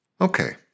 Okay